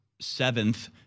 seventh